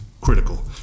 critical